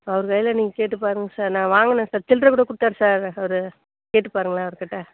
அவர் கையில் நீங்கள் கேட்டு பாருங்க சார் நான் வாங்கினேன் சார் சில்றரை கூட கொடுத்தாரு சார் அவர் கேட்டு பாருங்களேன் அவர் கிட்டே